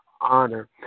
honor